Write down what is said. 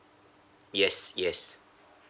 yes yes